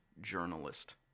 journalist